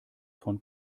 von